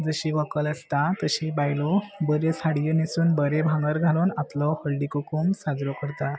जशी व्हंकल आसता तशी बायलो बऱ्यो साडयो न्हिसून बरे भांगर घालून आपलो हळदी कुकूम साजरो करता